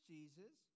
Jesus